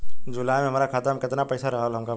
जुलाई में हमरा खाता में केतना पईसा रहल हमका बताई?